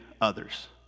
others